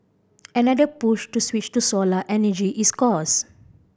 another push to switch to solar energy is cost